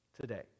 today